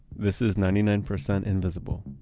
this is ninety nine percent invisible.